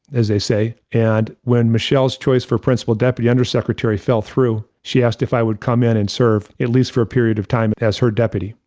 as they say, and when michele's choice for principal deputy undersecretary fell through, she asked if i would come in and serve at least for a period of time as her deputy.